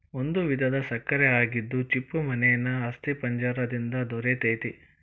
ಒಂದು ವಿಧದ ಸಕ್ಕರೆ ಆಗಿದ್ದು ಚಿಪ್ಪುಮೇನೇನ ಅಸ್ಥಿಪಂಜರ ದಿಂದ ದೊರಿತೆತಿ